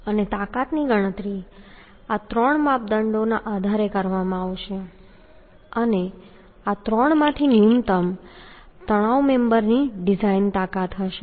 અને તાકાતની ગણતરી આ ત્રણ માપદંડોના આધારે કરવામાં આવશે અને આ ત્રણમાંથી ન્યૂનતમ તણાવ મેમ્બરની ડિઝાઇન તાકાત હશે